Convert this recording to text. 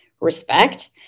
respect